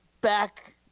back